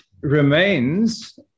remains